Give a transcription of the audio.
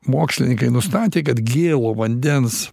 mokslininkai nustatė kad gėlo vandens